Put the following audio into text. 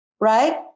right